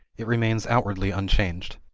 it remains outwardly unchanged.